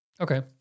okay